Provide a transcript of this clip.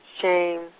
shame